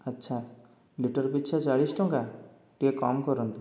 ଆଚ୍ଛା ଲିଟର ପିଛା ଚାଳିଶ ଟଙ୍କା ଟିକେ କମ କରନ୍ତୁ